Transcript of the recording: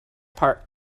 part